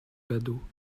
badauds